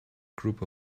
group